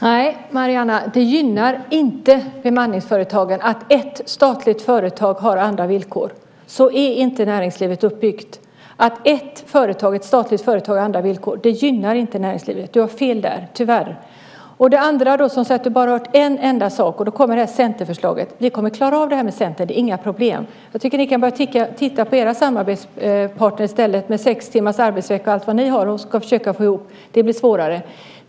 Herr talman! Nej, Maryam, det gynnar inte bemanningsföretagen att ett statligt företag har andra villkor. Så är näringslivet inte uppbyggt. Att ett företag, ett statligt företag, har andra villkor gynnar inte näringslivet. Du har fel där - tyvärr. Vidare säger du att du bara har hört en enda sak, och då kommer centerförslaget. Vi kommer att klara av det här med Centern. Det är inga problem. Jag tycker att ni i stället kan börja titta på era samarbetspartner med sex timmars arbetsdag och allt vad ni har och ska försöka få ihop. Det blir svårare.